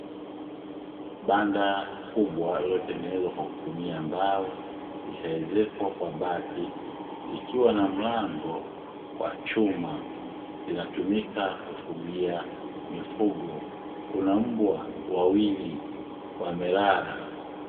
Banda kubwa lililotengenezwa kwa kutumia mbao, lishaezekwa kwa bati likiwa na mlango wa chuma. Linatumika kufungia mifugo, kuna mbwa wawili wamelala.